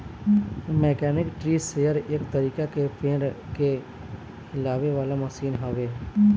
mechanical tree shaker एक तरीका के पेड़ के हिलावे वाला मशीन हवे